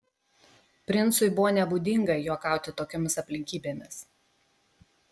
princui buvo nebūdinga juokauti tokiomis aplinkybėmis